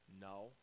No